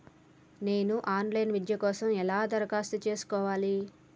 నేను online విద్య కోసం ఎలా దరఖాస్తు చేసుకోవాలి?